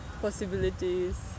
possibilities